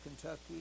Kentucky